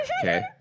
Okay